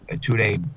two-day